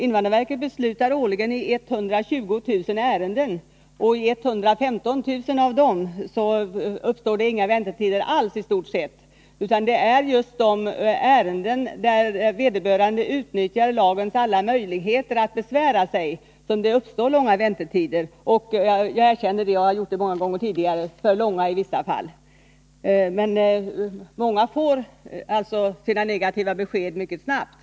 Invandrarverket beslutar årligen om 120 000 ärenden, och i 115 000 av dem uppstår i stort sett inga väntetider alls. Det är just i fråga om de ärenden där vederbörande utnyttjar äntetider. Och jag erkänner, som jag har gjort många gånger tidigare, att väntetiderna är för långa i vissa fall. Men många får alltså sina negativa besked mycket snabbt.